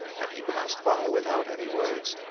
and he passed by without any words.